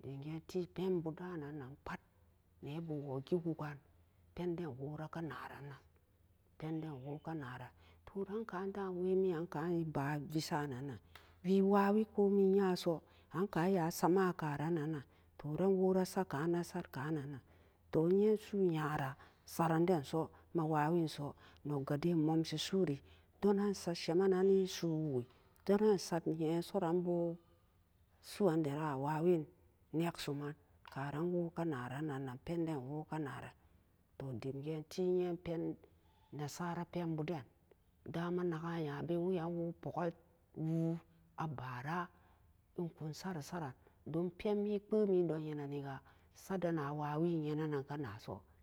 dim gai ti pen bu da gah de pat ne bu wo gen wuken penn den woraka na ran pen den worakanara toh ran ka da'an wemin nan e'ba vesan nan wi wa'awi koimai yanso akanpya sama karan ana toh re wora sat kan a sat kan nan ga toh e yenan su'unyara saren den so a wawanso, non ga dai e momsi su'uri don nan e sat semen nan ni su'u wuki donan sat e yen so an bo su'u andaran ma wa'awen neksumen karan wo ka naran nan na pen den wo ka na ran toh dem gen ti e'yen nesara pen bu den dama naka yabe weyan wo pukenwu'e a bara kun sat ro saran don pen kpeo mi don yene nega sat dan a wawen yanennen na naso.